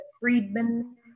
Friedman